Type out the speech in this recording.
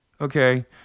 okay